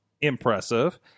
Impressive